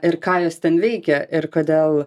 ir ką jos ten veikė ir kodėl